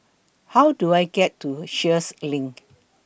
How Do I get to Sheares LINK